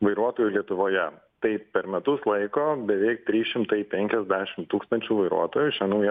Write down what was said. vairuotojų lietuvoje tai per metus laiko beveik trys šimtai penkiasdešimt tūkstančių vairuotojų šia nauja